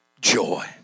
joy